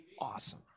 Awesome